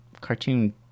cartoon